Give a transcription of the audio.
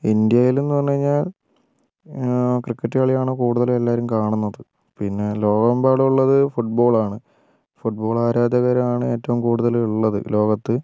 ഇന്ത്യയിലെന്നു പറഞ്ഞ് കഴിഞ്ഞാൽ ക്രിക്കറ്റ് കളിയാണ് കൂടുതലും എല്ലാവരും കാണുന്നത് പിന്നെ ലോകമെമ്പാടും ഉള്ളത് ഫുട്ബോളാണ് ഫുട്ബോളാരാധകരാണ് ഏറ്റവും കൂടുതൽ ഉള്ളത് ലോകത്ത്